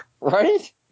Right